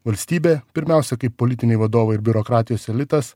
valstybė pirmiausia kaip politiniai vadovai ir biurokratijos elitas